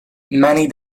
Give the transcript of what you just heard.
many